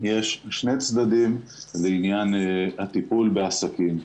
יש שני צדדים בעניין הטיפול בעסקים.